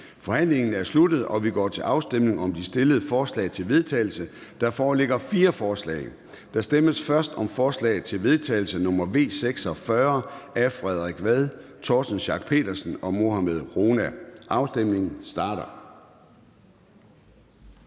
Forhandlingen er sluttet, og vi går til afstemning om de fremsatte forslag til vedtagelse. Der foreligger fire forslag. Der stemmes først om forslag til vedtagelse nr. V 46 af Frederik Vad (S), Torsten Schack Pedersen (V) og Mohammad Rona (M). Afstemningen starter.